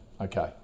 Okay